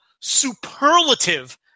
superlative